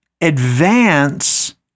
advance